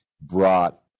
brought